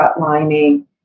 lining